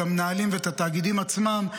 את המנהלים ואת התאגידים עצמם,